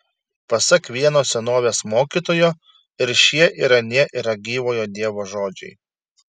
pasak vieno senovės mokytojo ir šie ir anie yra gyvojo dievo žodžiai